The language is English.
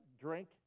drink